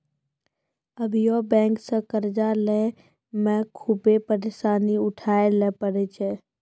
अभियो बेंक से कर्जा लेय मे खुभे परेसानी उठाय ले परै छै